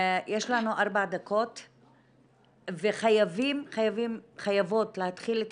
יש לנו ארבע דקות וחייבות להתחיל את